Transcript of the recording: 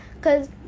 Cause